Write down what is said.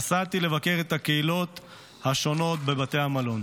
נסעתי לבקר את הקהילות השונות בבתי המלון.